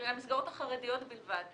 המסגרות החרדיות בלבד,